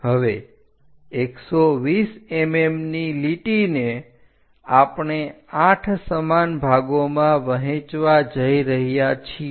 હવે 120 mm ની લીટીને આપણે 8 સમાન ભાગોમાં વહેંચવા જઈ રહ્યા છીએ